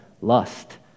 lust